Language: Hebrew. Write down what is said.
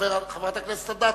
חברת הכנסת אדטו,